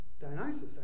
Dionysus